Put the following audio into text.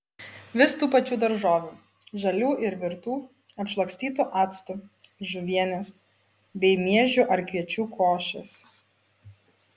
vis tų pačių daržovių žalių ir virtų apšlakstytų actu žuvienės bei miežių ar kviečių košės